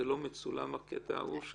זה לא מצולם הקטע הזה.